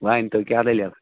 ؤنۍتَو کیٛاہ دٔلیٖل